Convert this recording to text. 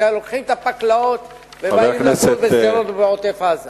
לוקחים את הפקלאות ובאים לשדרות ולעוטף-עזה.